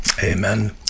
Amen